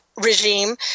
regime